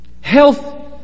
Health